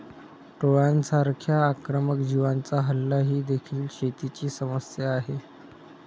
टोळांसारख्या आक्रमक जीवांचा हल्ला ही देखील शेतीची समस्या आहे